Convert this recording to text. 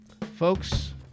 Folks